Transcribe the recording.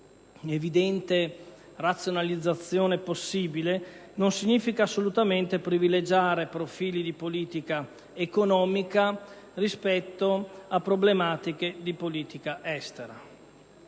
evidente razionalizzazione possibile, non significa assolutamente privilegiare profili di politica economica rispetto a problematiche di politica estera.